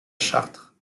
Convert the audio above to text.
chartres